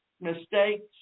mistakes